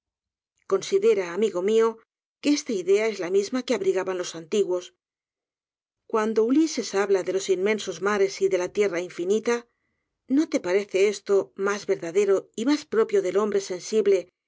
considera amigo mió que esta idea es la misma que abrigaban los antiguos cuando ulises habla de los inmensos mares y de la tierra infinita no te parece esto mas verdadero y mas propio del hombre sensible